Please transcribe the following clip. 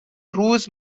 روز